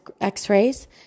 x-rays